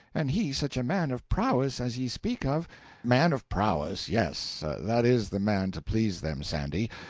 and he such a man of prowess as ye speak of man of prowess yes, that is the man to please them, sandy.